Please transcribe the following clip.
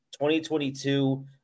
2022